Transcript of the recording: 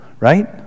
right